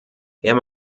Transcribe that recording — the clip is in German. herr